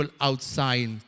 outside